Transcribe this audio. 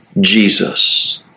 Jesus